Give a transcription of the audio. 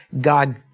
God